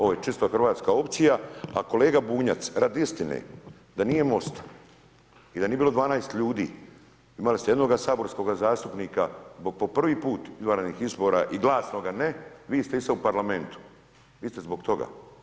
Ovo je čisto hrvatska opcija, a kolega Bunjac, radi istine, da nije Most i da nije bilo 12 ljudi, imali ste jednog saborskog zastupnika, po prvi put, izvanrednih izbora i glasnoga ne, vi ste isto u Parlamentu, vi ste zbog toga.